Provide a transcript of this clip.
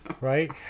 right